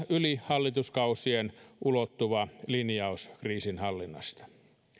yli hallituskausien ulottuva linjaus kriisinhallinnasta